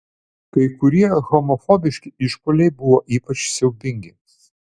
kai kurie homofobiški išpuoliai buvo ypač siaubingi